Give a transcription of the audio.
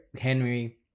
Henry